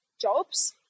jobs